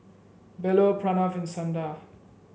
Bellur Pranav and Sundar